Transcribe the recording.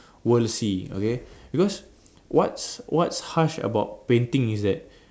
world see okay because what's what's harsh about painting is that